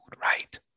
right